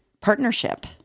partnership